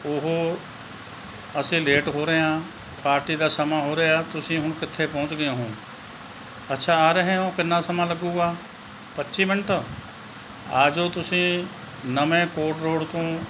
ਉਹ ਅਸੀਂ ਲੇਟ ਹੋ ਰਹੇ ਹਾਂ ਪਾਰਟੀ ਦਾ ਸਮਾਂ ਹੋ ਰਿਹਾ ਤੁਸੀਂ ਹੁਣ ਕਿੱਥੇ ਪਹੁੰਚ ਗਏ ਹੋ ਅੱਛਾ ਆ ਰਹੇ ਹੋ ਕਿੰਨਾ ਸਮਾਂ ਲੱਗੇਗਾ ਪੱਚੀ ਮਿੰਟ ਆਜੋ ਤੁਸੀਂ ਨਵੇਂ ਕੋਟ ਰੋਡ ਤੋਂ